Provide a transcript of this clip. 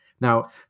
Now